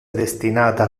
destinata